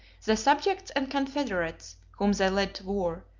the subjects and confederates, whom they led to war,